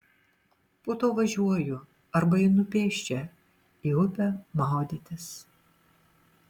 po to važiuoju arba einu pėsčia į upę maudytis